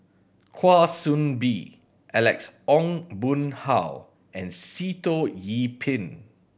Kwa Soon Bee Alex Ong Boon Hau and Sitoh Yih Pin